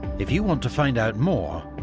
if you want to find out more,